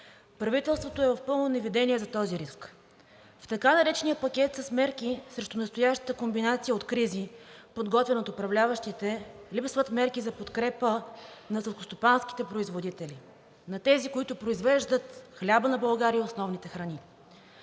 Правителството е в пълно неведение за този риск. В така наречения пакет с мерки срещу настоящата комбинация от кризи, подготвен от управляващите, липсват мерки за подкрепа на селскостопанските производители, на тези, които произвеждат хляба на България и основните храни.